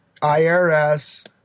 IRS